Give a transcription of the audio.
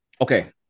Okay